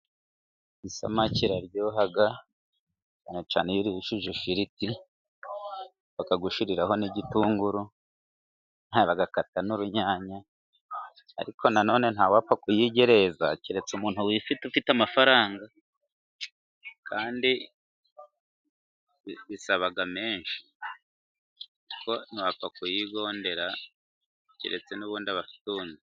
Isamake iraryoha cyane cyane iyo uyirishije ifiriti, bakagushyiriraho n'igitunguru bagakata n'urunyanya, ariko none nta wapfa kuyigereza, keretse umuntu wifite ufite amafaranga, kandi bisaba menshi keretse nubundi abatunzi.